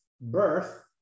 birth